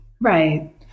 Right